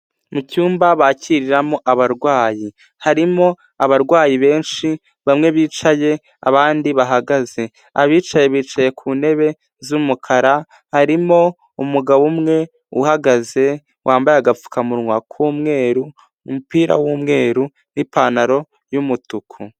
Mu cyumba bakiriramo abarwayi, harimo abarwayi benshi bamwe bicaye abandi bahagaze, abicaye bicaye ku ntebe z'umukara, harimo umugabo umwe uhagaze wambaye agapfukamunwa k'umweru, umupira w'umweru n'ipantaro y'umutuku.